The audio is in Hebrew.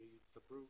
שיצטברו